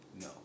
No